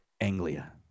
Anglia